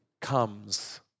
comes